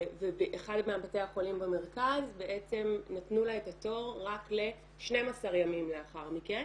ובאחד מבתי החולים במרכז נתנו לה את התור רק ל-12 ימים לאחר מכן,